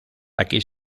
aquí